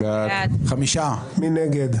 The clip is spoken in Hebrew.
מי נגד?